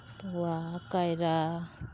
ᱛᱚᱣᱟ ᱠᱟᱭᱨᱟ